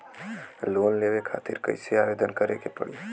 Loan लेवे खातिर कइसे आवेदन करें के पड़ी?